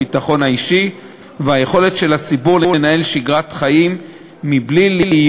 הביטחון האישי והיכולת של הציבור לנהל שגרת חיים מבלי להיות